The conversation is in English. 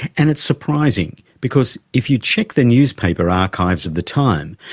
and it's surprising because if you check the newspaper archives of the time,